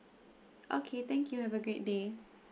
okay thank you have a great day